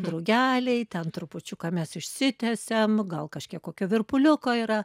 drugeliai ten trupučiuką mes išsitiesiam gal kažkiek kokio virpuliuko yra